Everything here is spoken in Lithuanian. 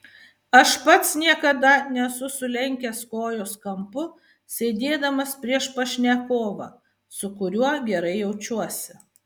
aš pats niekada nesu sulenkęs kojos kampu sėdėdamas prieš pašnekovą su kuriuo gerai jaučiuosi